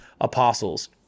apostles